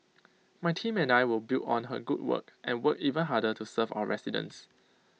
my team and I will build on her good work and work even harder to serve our residents